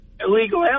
illegal